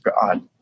God